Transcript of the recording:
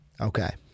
Okay